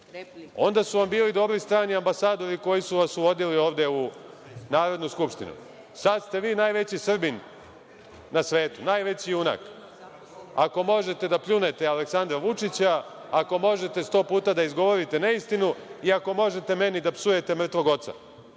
Onda su vam bili dobri strani ambasadori koji su vas uvodili ovde u Narodnu skupštinu. Sada ste vi najveći Srbin na svetu, najveći junak. Ako možete da pljunete Aleksandra Vučića, ako možete 100 puta da izgovorite neistinu i ako možete meni da psujete mrtvog oca